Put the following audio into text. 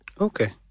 Okay